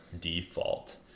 default